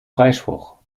freispruch